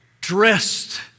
dressed